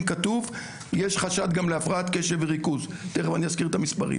כתוב 'יש חשד גם להפרעת קשב וריכוז' - תיכף אני אזכיר את המספרים